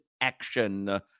action